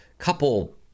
couple